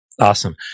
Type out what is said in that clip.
Awesome